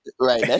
right